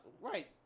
right